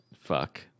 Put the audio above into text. Fuck